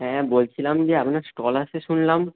হ্যাঁ বলছিলাম যে আপনার স্টল আছে শুনলাম